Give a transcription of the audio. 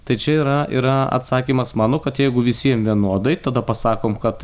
tai čia yra yra atsakymas mano kad jeigu visiem vienodai tada pasakom kad